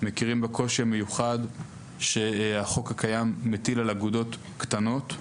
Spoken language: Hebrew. מכירים בקושי המיוחד שהחוק הקיים מטיל על אגודות קטנות.